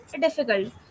difficult